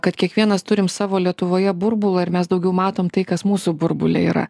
kad kiekvienas turim savo lietuvoje burbulą ir mes daugiau matom tai kas mūsų burbule yra